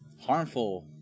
harmful